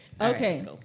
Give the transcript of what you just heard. Okay